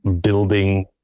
building